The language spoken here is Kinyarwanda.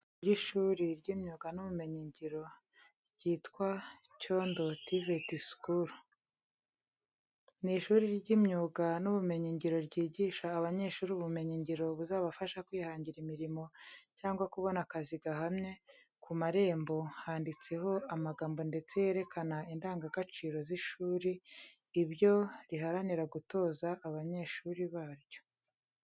Irembo ry’ishuri ry’imyuga n’ubumenyingiro ryitwa:"CYONDO TVET SCHOOL." Ni ishuri ry’imyuga n’ubumenyingiro ryigisha abanyeshuri ubumenyi ngiro buzabafasha kwihangira imirimo cyangwa kubona akazi gahamye. Ku marembo handitseho amagambo ndetse yerekana indangagaciro z’ishuri, ibyo riharanira gutoza abanyeshuri baryo.